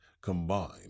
combined